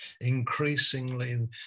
Increasingly